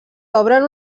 obren